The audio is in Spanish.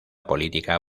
política